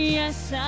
yes